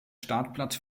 startplatz